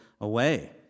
away